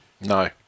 No